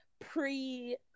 pre